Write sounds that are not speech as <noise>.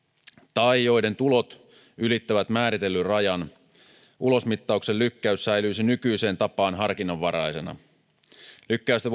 tai joiden tulot ylittävät määritellyn rajan ulosmittauksen lykkäys säilyisi nykyiseen tapaan harkinnanvaraisena lykkäystä <unintelligible>